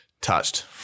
touched